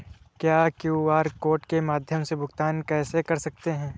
हम QR code के माध्यम से भुगतान कैसे कर सकते हैं?